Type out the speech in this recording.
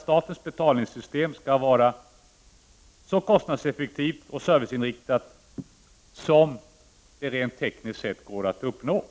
Statens betalningssystem skall vara så kostnadseffektivt och serviceinriktat som de rent tekniska förutsättningarna medger.